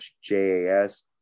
JAS